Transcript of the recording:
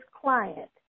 client